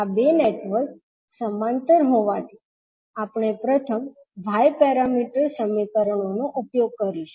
આ 2 નેટવર્ક્સ સમાંતર હોવાથી આપણે પ્રથમ y પેરામીટર સમીકરણોનો ઉપયોગ કરીશું